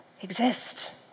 exist